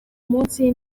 munsi